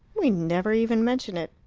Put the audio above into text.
we never even mention it.